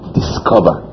discover